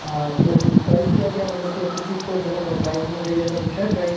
हाँ तो प्राइज़ क्या क्या मतलब किस मतलब प्राइज़ में चाहिए ऐसा कुछ है प्राइज़